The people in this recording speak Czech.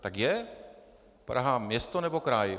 Tak je Praha město, nebo kraj?